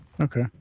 Okay